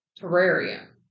Terrarium